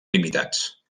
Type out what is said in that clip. limitats